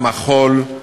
מחול,